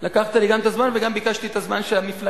לקחת לי גם את הזמן וגם ביקשתי את הזמן שהמפלגה,